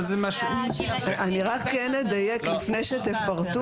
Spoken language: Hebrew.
אני אדייק, לפני שתפרטו.